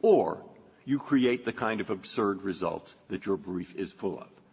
or you create the kind of absurd results that your brief is full of.